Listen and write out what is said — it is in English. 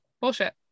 Bullshit